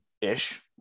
ish